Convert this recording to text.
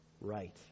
right